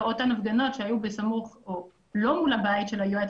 אותן הפגנות שהיו בסמוך או לא מול הבית של היועץ,